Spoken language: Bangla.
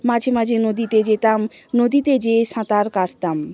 মাঝে মাঝে নদীতে যেতাম নদীতে যেয়ে সাঁতার কাটতাম